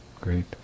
Great